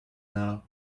now